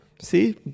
See